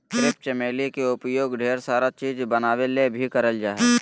crepe चमेली के उपयोग ढेर सारा चीज़ बनावे ले भी करल जा हय